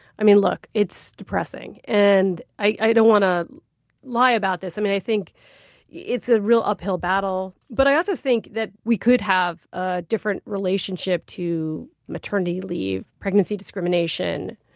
i mean, look, it's depressing, and i i don't want to lie about this. i mean, i think it's a real uphill battle. but i also think that we could have a different relationship to maternity leave, pregnancy discrimination,